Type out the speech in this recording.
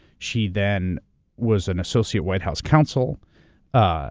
she then was an associate white house counsel ah